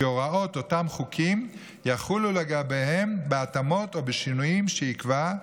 כי הוראות אותם חוקים יחולו עליהם בהתאמות או בשינויים שיקבע.